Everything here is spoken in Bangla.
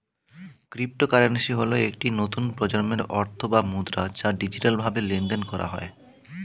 ক্রিপ্টোকারেন্সি হল একটি নতুন প্রজন্মের অর্থ বা মুদ্রা যা ডিজিটালভাবে লেনদেন করা হয়